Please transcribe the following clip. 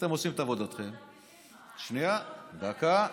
אתם עושים את עבודתכם, שנייה, דקה.